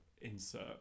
insert